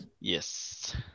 Yes